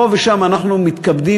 פה ושם אנחנו מתכבדים